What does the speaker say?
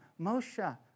Moshe